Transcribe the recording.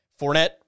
Fournette